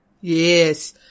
Yes